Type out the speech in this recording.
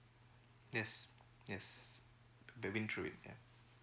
yes yes we've been through it ya